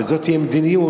וזאת תהיה המדיניות,